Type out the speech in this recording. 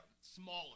smaller